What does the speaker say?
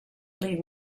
leave